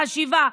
חשיבה,